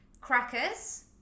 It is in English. Crackers